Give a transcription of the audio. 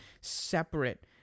separate